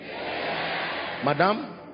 Madam